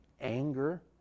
anger